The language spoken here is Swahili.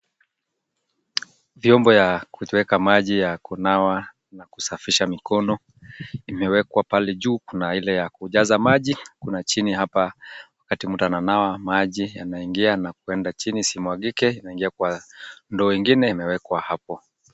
Vyombo ya kutekea maji ya kunawa na kusafisha mikono imewekwa pale juu, kuna ile ya kujaza maji, kuna chini hapa wakati mtu ananawa maji yanaingia na kwenda chini isimwagike inaingia kwa ndoo ingine imewekwa hapo.